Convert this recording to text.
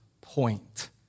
point